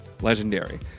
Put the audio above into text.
Legendary